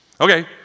Okay